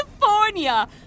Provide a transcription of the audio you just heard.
California